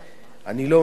אני לא מבין איך